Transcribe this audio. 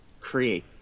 create